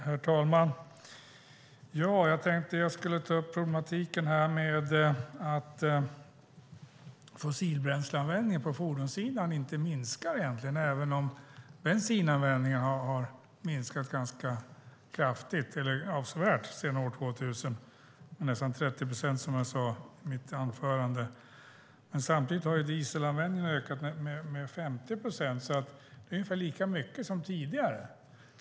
Herr talman! Jag tänkte ta upp problematiken med att fossilbränsleanvändningen på fordonssidan inte minskar, även om bensinanvändningen har minskat ganska kraftigt eller avsevärt sedan år 2000. Det är nästan 30 procent, som jag sade i mitt anförande. Men samtidigt har dieselanvändningen ökat med 50 procent. Så det är ungefär lika mycket som tidigare.